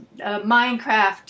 Minecraft